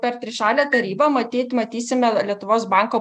per trišalę tarybą matyt matysim lietuvos banko